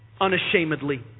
Unashamedly